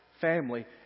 family